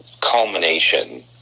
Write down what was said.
culmination